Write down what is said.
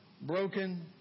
broken